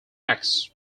packs